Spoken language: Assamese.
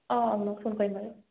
অঁ অঁ মই ফোন কৰিম বাৰু